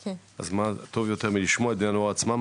אז מה יותר טוב מלשמוע את בני הנוער עצמם,